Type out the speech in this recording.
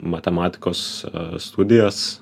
matematikos studijas